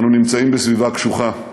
אנו נמצאים בסביבה קשוחה,